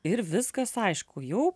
ir viskas aišku jau